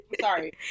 Sorry